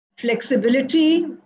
flexibility